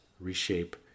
reshape